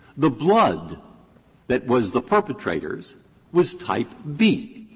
the blood that was the perpetrator's was type b.